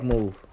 Move